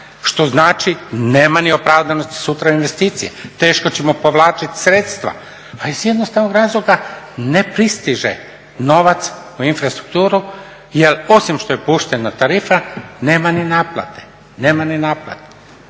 što znači nema ni opravdanosti sutra investicije. Teško ćemo povlačit sredstva, a iz jednostavnog razloga ne pristiže novac u infrastrukturu jer osim što je puštena tarifa nema ni naplate.